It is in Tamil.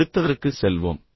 அடுத்ததற்கு செல்வோம்